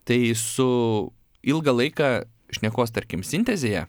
tai su ilgą laiką šnekos tarkim sintezėje